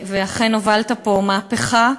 ואכן הובלת פה מהפכה.